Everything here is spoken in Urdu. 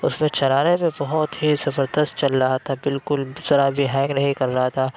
اُس میں چلانے میں بہت ہی زبردست چل رہا تھا بالکل ذرا بھی ہینگ نہیں کر رہا تھا